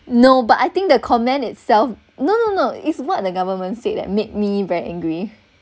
no but I think the comment itself no no no it's what the government said that made me very angry